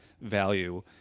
value